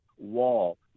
wall